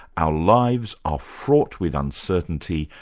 our lives are fraught with uncertainty,